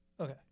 Okay